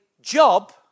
job